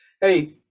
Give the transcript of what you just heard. Hey